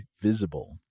Visible